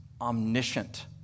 omniscient